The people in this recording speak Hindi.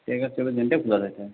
ये अगर चौबीस घंटे खुला रहता है